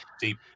deep